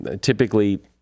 typically